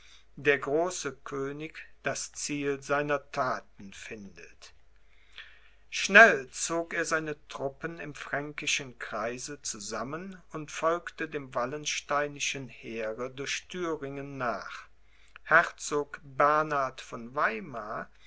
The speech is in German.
der große könig das ziel seiner thaten findet schnell zog er seine truppen im fränkischen kreise zusammen und folgte dem wallensteinischen heere durch thüringen nach herzog bernhard von weimar